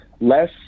less